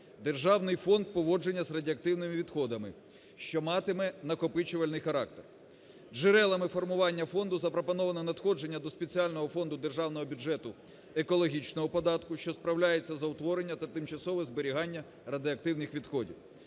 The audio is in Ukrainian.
державний фонд поводження з радіоактивними відходами, що матиме накопичувальний характер. Джерелами формування фонду запропоновано надходження до спеціального фонду державного бюджету екологічного податку, що справляється за утворення та тимчасове зберігання радіоактивних відходів.